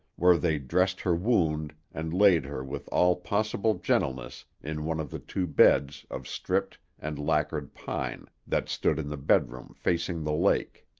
where they dressed her wound and laid her with all possible gentleness in one of the two beds of stripped and lacquered pine that stood in the bedroom facing the lake.